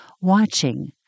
watching